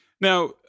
Now